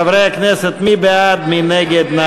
חברי הכנסת, מי בעד, מי נגד?